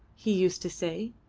he used to say.